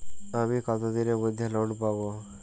আমি কতদিনের মধ্যে লোন পাব?